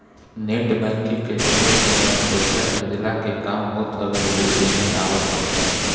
net banking के जरिया से जवन पईसा भेजला के काम होत हवे उ एमे आवत हवे